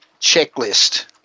checklist